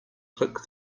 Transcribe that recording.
click